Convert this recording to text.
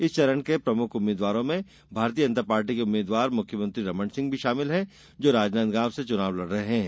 इस चरण के प्रमुख उम्मीदवारों में भारतीय जनता पार्टी के उम्मीदवार मुख्यमंत्री रमण सिंह भी शामिल हैं जो राजनाद गांव से चुनाव लड़ रहे हैं